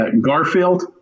Garfield